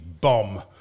bomb